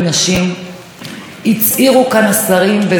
הצהירו כאן חברי הקואליציה בזה אחר זה,